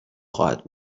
خواهد